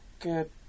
good